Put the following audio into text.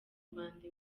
rwanda